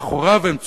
מאחוריו הם צועדים,